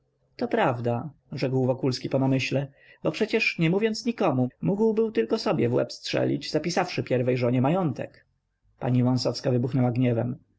to prawda rzekł wokulski po namyśle bo przecież nie mówiąc nikomu mógł był tylko sobie w łeb strzelić zapisawszy pierwiej żonie majątek pani wąsowska wybuchnęła gniewem